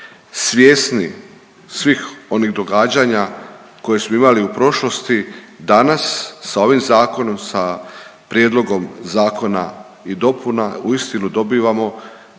Svjesni svih onih događanja koja smo imali u prošlosti, danas sa ovim zakonom, sa prijedlogom zakona i dopuna uistinu dobivamo